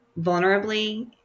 vulnerably